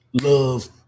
love